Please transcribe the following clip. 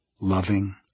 loving